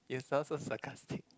you sound so sarcastic